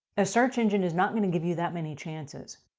a search engine is not going to give you that many chances.